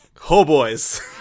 Ho-boys